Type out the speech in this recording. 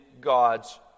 God's